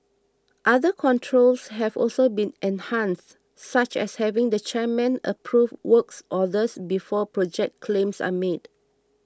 other controls have also been enhanced such as having the chairman approve works orders before project claims are made